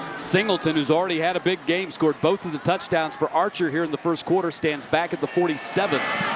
singleton has already had a big game. scored both of the touchdowns for archer here in the first quarter. stands back at the forty seven.